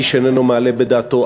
איש איננו מעלה בדעתו,